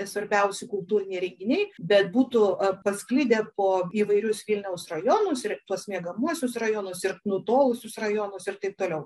svarbiausi kultūriniai renginiai bet būtų pasklidę po įvairius vilniaus rajonus ir tuos miegamuosius rajonus ir nutolusius rajonus ir taip toliau